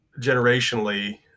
generationally